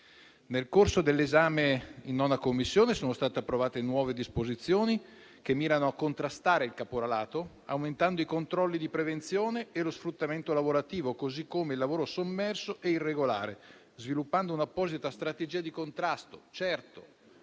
Nel corso dell'esame in 9a Commissione sono state approvate nuove disposizioni che mirano a contrastare il caporalato, aumentando i controlli di prevenzione e lo sfruttamento lavorativo, così come il lavoro sommerso e irregolare, sviluppando un'apposita strategia di contrasto. Certo